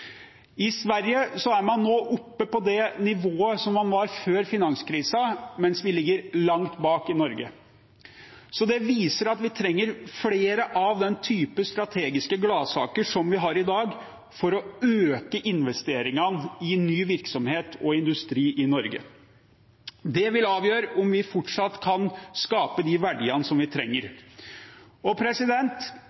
I Sverige er man nå oppe på det nivået som man var før finanskrisen, mens vi ligger langt bak i Norge. Det viser at vi trenger flere av den typen strategiske gladsaker som vi har i dag, for å øke investeringene i ny virksomhet og industri i Norge. Det vil avgjøre om vi fortsatt kan skape de verdiene vi trenger.